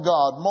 God